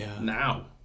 now